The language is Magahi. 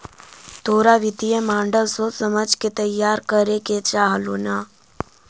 तोरा वित्तीय मॉडल सोच समझ के तईयार करे के चाह हेलो न